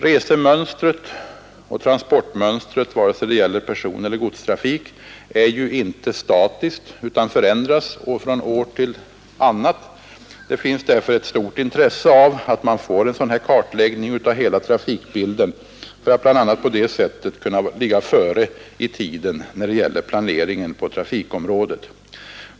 Resemönstret och transportmönstret, vare sig det gäller personeller godstrafik, är ju inte statiskt utan förändras från ett år till ett annat. Det finns därför ett stort intresse av att man får en sådan här kartläggning av hela trafikbilden, bl.a. för att kunna ligga före i tiden i fråga om planering på trafikområdet.